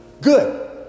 Good